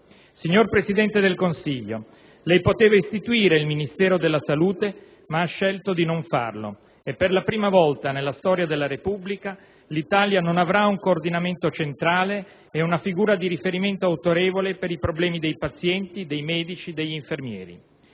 Signor Presidente del Consiglio, lei poteva istituire il Ministero della salute ma ha scelto di non farlo e, per la prima volta nella storia della Repubblica, l'Italia non avrà un coordinamento centrale ed una figura di riferimento autorevole per i problemi dei pazienti, dei medici, degli infermieri.